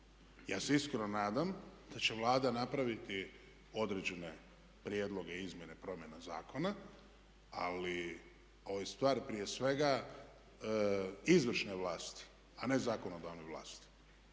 Ja se iskreno nadam da će Vlada napraviti određene prijedloge i izmjene promjena zakona, ali ovo je stvar prije svega izvršne vlasti, a ne zakonodavne vlasti.